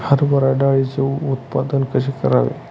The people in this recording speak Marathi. हरभरा डाळीचे उत्पादन कसे करावे?